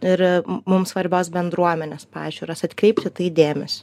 ir mums svarbios bendruomenės pažiūras atkreipt į tai dėmesį